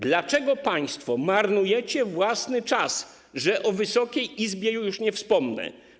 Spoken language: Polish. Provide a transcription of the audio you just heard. Dlaczego państwo marnujecie własny czas, że o czasie Wysokiej Izby już nie wspomnę?